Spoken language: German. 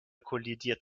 kollidiert